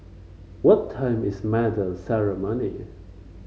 what time is medal ceremony